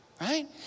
Right